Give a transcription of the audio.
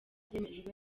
byemejwe